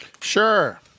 Sure